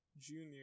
junior